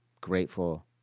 grateful